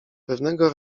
pewnego